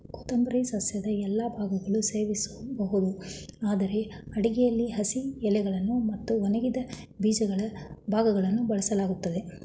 ಕೊತ್ತಂಬರಿ ಸಸ್ಯದ ಎಲ್ಲಾ ಭಾಗಗಳು ಸೇವಿಸ್ಬೋದು ಆದ್ರೆ ಅಡುಗೆಲಿ ಹಸಿ ಎಲೆಗಳು ಮತ್ತು ಒಣಗಿದ ಬೀಜಗಳ ಭಾಗಗಳನ್ನು ಬಳಸಲಾಗ್ತದೆ